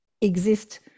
exist